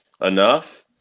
enough